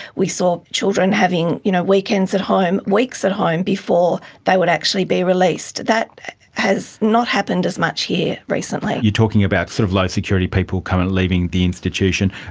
we saw children having you know weekends at home, weeks at home before they would actually be released. that has not happened as much here recently. you're talking about sort of low security people kind of leaving the institution.